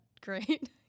great